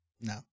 no